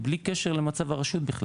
בלי קשר בכלל למצב הרשות.